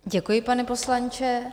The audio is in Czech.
Děkuji, pane poslanče.